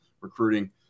Recruiting